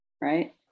Right